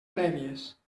prèvies